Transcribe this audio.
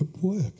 work